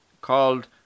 ...called